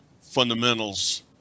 fundamentals